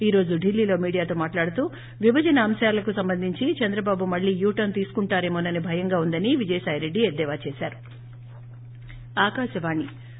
ఈ రోజు ఢిల్లీలో మీడియాతో మాట్లాడుతూ విభజన అంశాలకు సంబంధించి చంద్రబాబు మళ్లీ యూటర్స్ తీసుకుంటారేమోనని భయంగా ఉందని విజయసాయిరెడ్డి ఎద్దేవా చేశారు